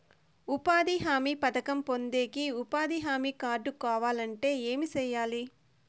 ఉపాధి హామీ పథకం పొందేకి ఉపాధి హామీ కార్డు కావాలంటే ఏమి సెయ్యాలి?